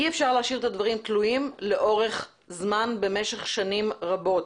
אי אפשר להשאיר את הדברים תלויים לאורך זמן במשך שנים רבות,